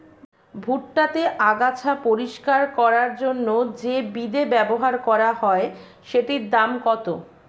ভুট্টা তে আগাছা পরিষ্কার করার জন্য তে যে বিদে ব্যবহার করা হয় সেটির দাম কত?